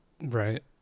Right